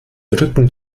rücken